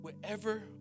Wherever